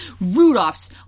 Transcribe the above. Rudolph's